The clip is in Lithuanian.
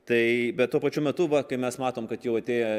tai bet tuo pačiu metu va kai mes matom kad jau atėję